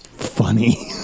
Funny